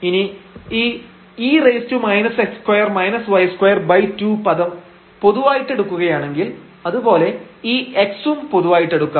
ഇനി ഈ പദം പൊതുവായിട്ടെടുക്കുകയാണെങ്കിൽ അതുപോലെ ഈ x ഉം പൊതുവായിട്ടെടുക്കാം